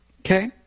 Okay